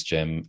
Gem